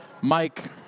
Mike